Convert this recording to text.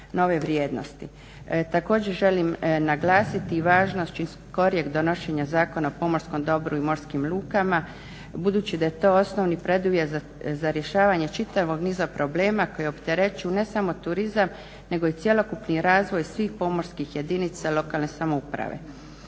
Također, želim naglasiti i važnost što skorijeg donošenja Zakona o pomorskom dobru i morskim lukama budući da je to osnovni preduvjet za rješavanje čitavog niza problema koji opterećuju ne samo turizam nego i cjelokupni razvoj svih pomorskih jedinica lokalne samouprave.